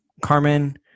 Carmen